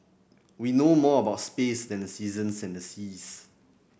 we know more about space than the seasons and the seas